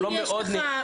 זה לא דרמתי.